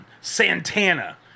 Santana